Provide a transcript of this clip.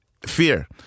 Fear